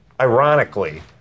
Ironically